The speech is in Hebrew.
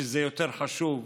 שזה יותר חשוב,